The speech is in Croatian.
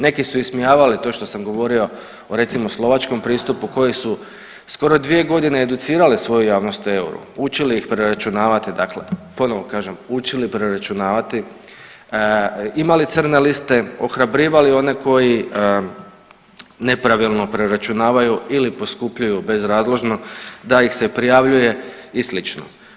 Neki su ismijavali to što sam govorio o recimo slovačkom pristupu koji su skoro dvije godine educirali svoju javnost o euru, učili ih preračunavati, dakle ponovo kažem učili preračunavati, imali crne liste, ohrabrivali one koji nepravilno preračunavaju ili poskupljuju bezrazložno da ih se prijavljuje i slično.